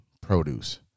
produce